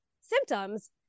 symptoms